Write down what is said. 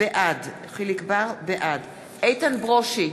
בעד איתן ברושי,